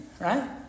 right